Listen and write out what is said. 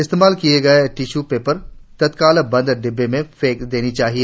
इस्तेमाल किये गये टिश्यू पेपरतत्काल बंद डिब्बों में फेंके जाने चाहिए